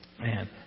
Man